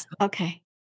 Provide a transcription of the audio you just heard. Okay